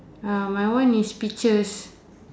ah my one is peaches